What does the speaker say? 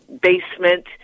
basement